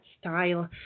style